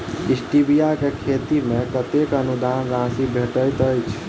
Stevia केँ खेती मे कतेक अनुदान राशि भेटैत अछि?